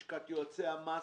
לשכת יועצי המס,